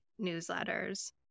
newsletters